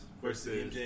versus